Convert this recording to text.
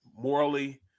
morally